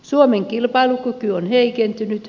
suomen kilpailukyky on heikentynyt